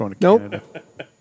Nope